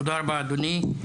תודה רבה, אדוני.